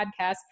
podcast